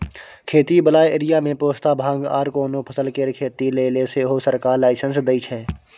खेती बला एरिया मे पोस्ता, भांग आर कोनो फसल केर खेती लेले सेहो सरकार लाइसेंस दइ छै